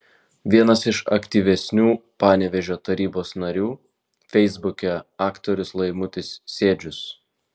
vienas iš aktyvesnių panevėžio tarybos narių feisbuke aktorius laimutis sėdžius